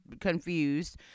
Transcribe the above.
confused